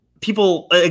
people